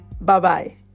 Bye-bye